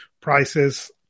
prices